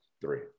Three